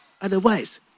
Otherwise